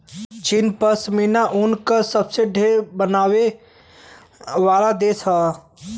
चीन पश्मीना ऊन क सबसे ढेर बनावे वाला देश हौ